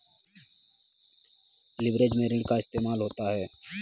leverage में ऋण का इस्तेमाल होता है